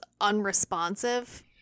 unresponsive